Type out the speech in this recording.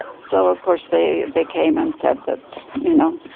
so of course, they they came and said that, you know,